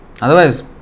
Otherwise